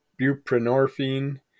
buprenorphine